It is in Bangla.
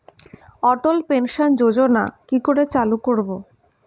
অটল পেনশন যোজনার কি করে চালু করব?